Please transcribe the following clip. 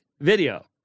video